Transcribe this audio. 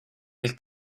del